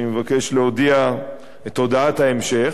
אני מבקש להודיע את הודעת ההמשך.